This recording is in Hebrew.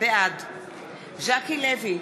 בעד ז'קי לוי,